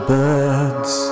birds